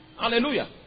Hallelujah